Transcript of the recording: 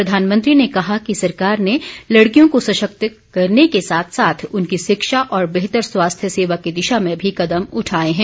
प्रधानमंत्री ने कहा कि सरकार ने लड़कियों को सशक्त करने के साथ साथ उनकी शिक्षा और बेहतर स्वास्थ्य सेवा की दिशा में भी कदम उठाए हैं